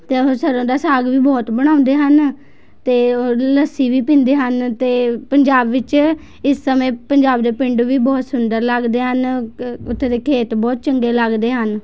ਅਤੇ ਉਹ ਸਰ੍ਹੋਂ ਦਾ ਸਾਗ ਵੀ ਬਹੁਤ ਬਣਾਉਂਦੇ ਹਨ ਅਤੇ ਉਹ ਲੱਸੀ ਵੀ ਪੀਂਦੇ ਹਨ ਅਤੇ ਪੰਜਾਬ ਵਿੱਚ ਇਸ ਸਮੇਂ ਪੰਜਾਬ ਦੇ ਪਿੰਡ ਵੀ ਬਹੁਤ ਸੁੰਦਰ ਲੱਗਦੇ ਹਨ ਉੱਥੇ ਦੇ ਖੇਤ ਬਹੁਤ ਚੰਗੇ ਲੱਗਦੇ ਹਨ